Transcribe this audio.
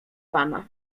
pana